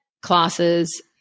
classes